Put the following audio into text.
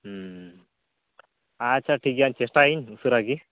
ᱟᱪᱪᱷᱟ ᱴᱷᱤᱠ ᱜᱮᱭᱟ ᱪᱮᱥᱴᱟᱭᱟᱹᱧ ᱩᱥᱟᱹᱨᱟ ᱜᱮ